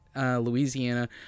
Louisiana